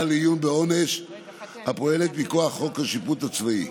לעיון בעונש הפועלת מכוח חוק השיפוט הצבאי.